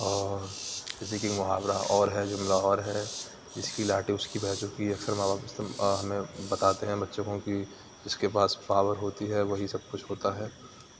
اور جیسے کہ محاورہ اور ہے جملہ اور ہے جس کی لاٹھی اس کی بھینس جو کہ اکثر ماں باپ استم ہمیں بتاتے ہیں بچے کو کی جس کے پاس پاور ہوتی ہے وہی سب کچھ ہوتا ہے